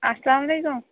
اَسلامُ علیکُم